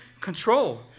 control